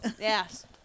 Yes